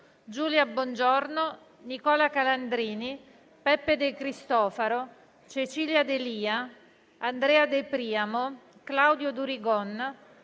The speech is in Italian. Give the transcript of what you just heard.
Giulia Bongiorno, Nicola Calandrini, Peppe De Cristofaro, Cecilia D'Elia, Andrea De Priamo, Claudio Durigon,